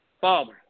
father